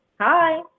Hi